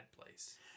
place